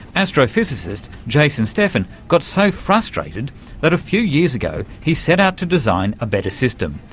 astrophysicist jason steffen got so frustrated that a few years ago he set out to design a better system,